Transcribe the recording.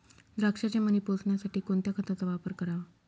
द्राक्षाचे मणी पोसण्यासाठी कोणत्या खताचा वापर करावा?